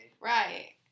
Right